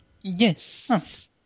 Yes